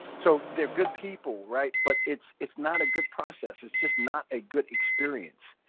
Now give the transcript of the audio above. so, they're good people, right? but it's it's not a good process, it's just not a good experience.